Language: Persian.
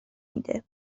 میده